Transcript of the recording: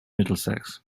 middlesex